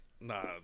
Nah